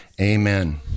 Amen